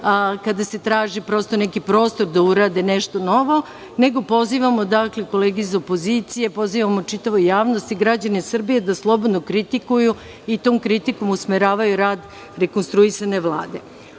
kada se traži neki prostor da urade nešto novo, nego pozivamo kolege iz opozicije i čitavu javnost i građane Srbije da slobodno kritikuju i tom kritikom usmeravaju rad rekonstruisane Vlade. Bilo